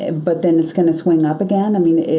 and but then it's going to swing up again. i mean,